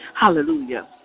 Hallelujah